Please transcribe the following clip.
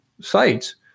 sites